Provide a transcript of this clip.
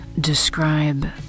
describe